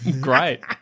Great